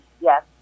yes